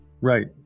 Right